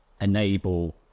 enable